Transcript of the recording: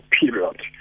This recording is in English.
period